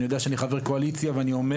אני יודע שאני חבר קואליציה ואני אומר